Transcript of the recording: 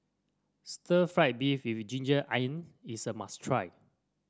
Stir Fried Beef with ginger onion is a must try